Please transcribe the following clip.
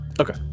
Okay